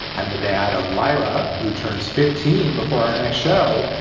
i'm the dad of myra who turns fifteen before our next show.